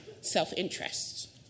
self-interest